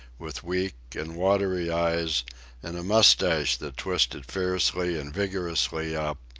with weak and watery eyes and a mustache that twisted fiercely and vigorously up,